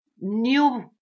new